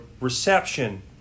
reception